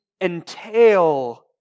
entail